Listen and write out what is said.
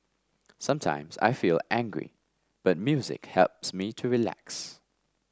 sometimes I feel angry but music helps me to relax